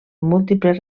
múltiples